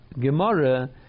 gemara